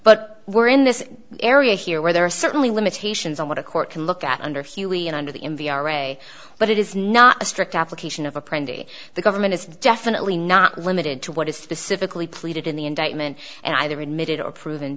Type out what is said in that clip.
but we're in this area here where there are certainly limitations on what a court can look at under human and under the in v r a but it is not a strict application of a pretty the government is definitely not limited to what is specifically pleaded in the indictment and either admitted or proven